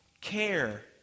care